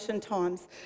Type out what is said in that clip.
times